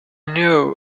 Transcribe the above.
knew